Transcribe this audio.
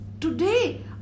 Today